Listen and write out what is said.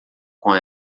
com